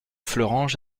fleuranges